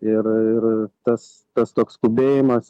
ir ir tas tas toks skubėjimas